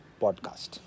podcast